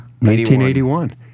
1981